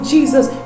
Jesus